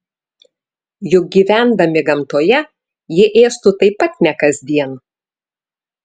juk gyvendami gamtoje jie ėstų taip pat ne kasdien